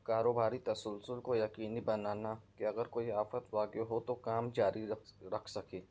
کاروباری تسلسل کو یقینی بنانا کہ اگر کوئی آفت واقع ہو تو کام جاری رکھ سکے رکھ سکے